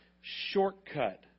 shortcut